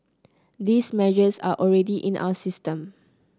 these measures are already in our system